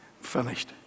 Finished